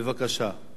בבקשה.